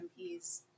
MPs